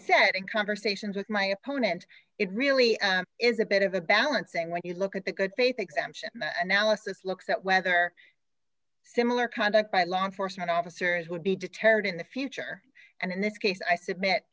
in conversations with my opponent it really is a bit of a balancing when you look at the good faith exemption analysis looks at whether similar conduct by law enforcement officers would be deterred in the future and in this case i s